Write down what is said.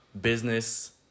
business